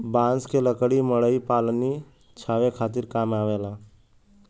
बांस क लकड़ी मड़ई पलानी छावे खातिर काम आवेला